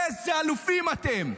איזה אלופים אתם,